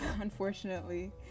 unfortunately